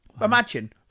Imagine